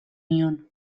nion